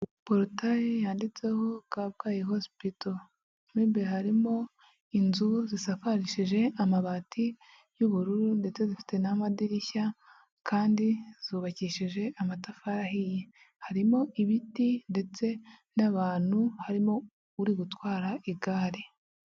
Porotare yanditseho Kabgayi Hosipito mo imbere harimo inzu zisakarishije amabati y'ubururu ndetse zifite n'amadirishya kandi zubakishije amatafari ahiye. Harimo ibiti ndetse n'abantu, harimo uri gutwara igare.